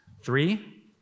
Three